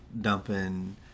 dumping